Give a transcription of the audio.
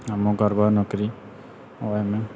हमहुँ करबै नौकरी ओहिमे